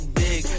big